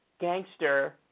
gangster